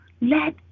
let